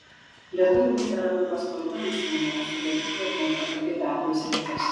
lietuvių literatūros sklaida užsienyje yra sudėtinga ir nepatogi darbui sritis